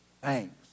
thanks